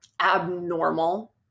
abnormal